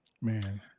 Man